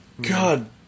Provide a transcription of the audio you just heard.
God